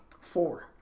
Four